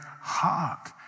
heart